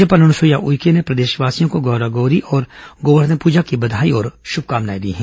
राज्यपाल अनुसुईया उइके ने प्रदेशवासियों को गौरा गौरी और गोवर्धन पूजा की बधाई और शुभकामनाएं दी हैं